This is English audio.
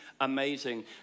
amazing